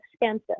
expensive